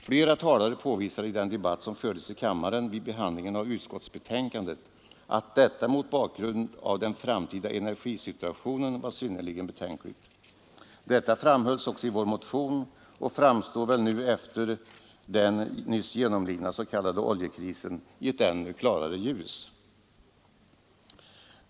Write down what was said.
Flera talare påvisade i den debatt som fördes i kammaren vid behandlingen av utskottsbetänkandet att detta mot bakgrund av den framtida energisituationen var synnerligen betänkligt. Det framhölls också i vår motion och framstår väl nu efter den nyss genomlidna s.k. oljekrisen i ett ännu klarare ljus.